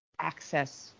access